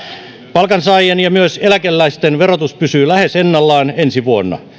palkansaajien ja myös eläkeläisten verotus pysyy lähes ennallaan ensi vuonna